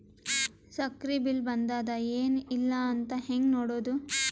ಸಕ್ರಿ ಬಿಲ್ ಬಂದಾದ ಏನ್ ಇಲ್ಲ ಅಂತ ಹೆಂಗ್ ನೋಡುದು?